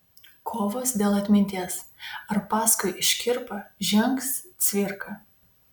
kovos dėl atminties ar paskui škirpą žengs cvirka